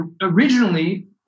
originally